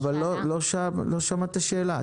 לא שמעת את השאלה.